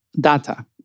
data